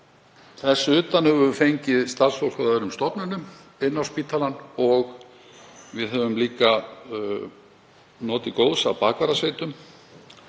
Þess utan höfum við fengið starfsfólk af öðrum stofnunum inn á spítalann og við höfum líka notið góðs af bakvarðasveitum